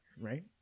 Right